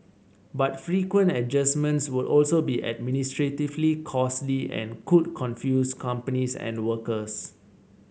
but frequent adjustments would also be administratively costly and could confuse companies and workers